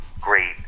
Great